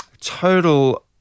total